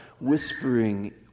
whispering